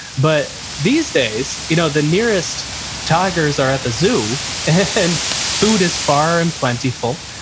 but these days you know the nearest tigers are at the zoo and food is far and plentiful.